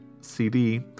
CD